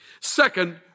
Second